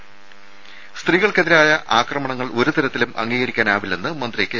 ദ്ദേ സ്ത്രീകൾക്കെതിരായ ആക്രമണങ്ങൾ ഒരുതരത്തിലും അംഗീകരിക്കാനാവില്ലെന്ന് മന്ത്രി കെ